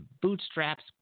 bootstraps